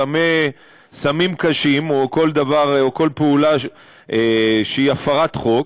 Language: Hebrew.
סמים קשים או כל פעולה שהיא הפרת חוק,